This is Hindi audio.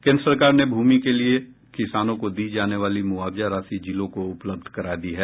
केन्द्र सरकार ने भूमि के लिए किसानों को दी जाने वाली मुआवजा राशि जिलों को उपलब्ध करा दी है